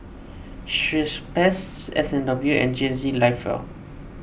Schweppes S and W and G N C Live Well